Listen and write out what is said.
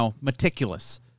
meticulous